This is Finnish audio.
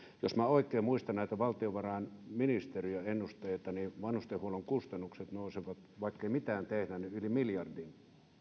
jos minä oikein muistan näitä valtiovarainministeriön ennusteita niin vanhustenhuollon kustannukset nousevat vaikkei mitään tehdä yli miljardin